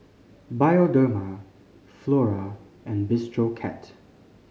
Bioderma Flora and Bistro Cat